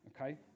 okay